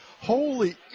Holy –